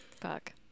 Fuck